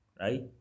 Right